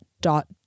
dot